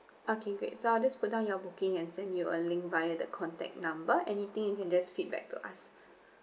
okay great so I'll just put down your booking and send you a link via the contact number anything you can just feedback to us